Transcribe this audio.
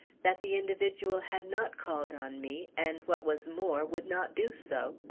that the individual had not called on me, and, what was more, would not do so.